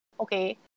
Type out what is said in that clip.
okay